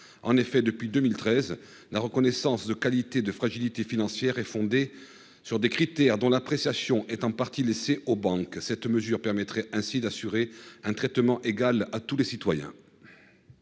en effet depuis 2013 la reconnaissance de qualité de fragilité financière est fondée sur des critères dont l'appréciation est en partie laissée aux banques que cette mesure permettrait ainsi d'assurer un traitement égal à tous les citoyens.